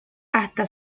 hasta